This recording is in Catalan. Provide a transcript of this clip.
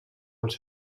els